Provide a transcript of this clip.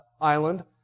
island